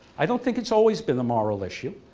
i don't think it's always been a moral issue.